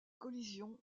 collisions